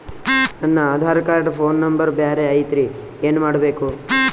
ನನ Aadhaar card phone number ಬ್ಯಾರೆ ಐತ್ರಿ ಏನ ಮಾಡಬೇಕು?